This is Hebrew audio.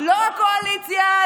לא הקואליציה,